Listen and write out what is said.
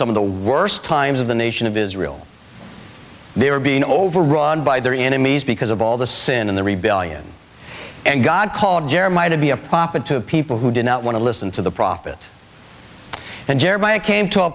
some of the worst times of the nation of israel they were being overrun by their enemies because of all the sin in the rebellion and god called jeremiah to be a papa to people who did not want to listen to the prophet and jeremiah came to a